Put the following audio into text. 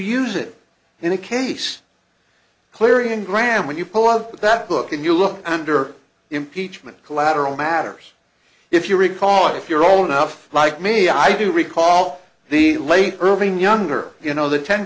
use it in a case clearly and graham when you pull up that book and you look under impeachment collateral matters if you recall if you're old enough like me i do recall the late irving younger you know the ten